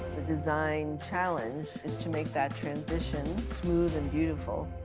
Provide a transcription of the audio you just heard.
the design challenge is to make that transition smooth and beautiful.